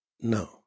No